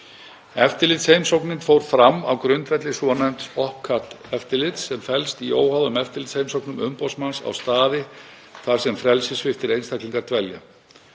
Eftirlitsheimsóknin fór fram á grundvelli svonefnds OPCAT-eftirlits sem felst í óháðum eftirlitsheimsóknum umboðsmanns á staði þar sem frelsissviptir einstaklingar dvelja.